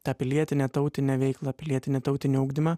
tą pilietinę tautinę veiklą pilietinį tautinį ugdymą